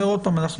והוא